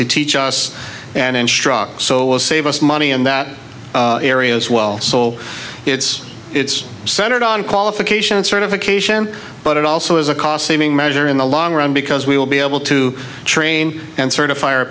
to teach us and instruct so will save us money in that area as well so it's it's centered on qualification certification but it also is a cost saving measure in the long run because we will be able to train and